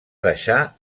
deixar